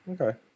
Okay